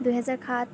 দুহেজাৰ সাত